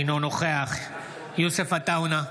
אינו נוכח יוסף עטאונה,